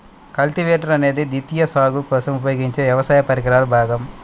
cultivator అనేది ద్వితీయ సాగు కోసం ఉపయోగించే వ్యవసాయ పరికరాల భాగం